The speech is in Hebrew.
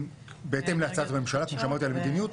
בהתאם להצעת הממשלה, כפי שאמרתי, על מדיניות.